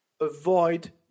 avoid